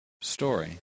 story